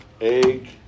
egg